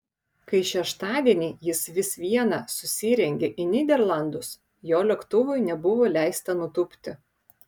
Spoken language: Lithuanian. kai šeštadienį jis vis viena susirengė į nyderlandus jo lėktuvui nebuvo leista nutūpti